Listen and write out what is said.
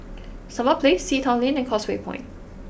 Summer Place Sea Town Lane and Causeway Point